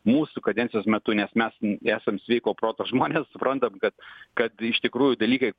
mūsų kadencijos metu nes mes esam sveiko proto žmonės suprantam kad kad iš tikrųjų dalykai